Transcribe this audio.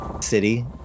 city